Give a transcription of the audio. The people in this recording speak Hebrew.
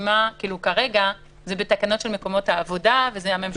כרגע זה בתקנות של מקומות העבודה וזה הממשלה.